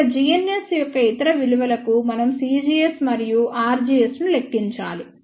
ఇక్కడ g ns యొక్క ఇతర విలువలకు మనం cgs మరియు rgs ను లెక్కించాలి